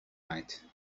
night